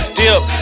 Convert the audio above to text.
dip